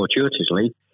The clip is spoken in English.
fortuitously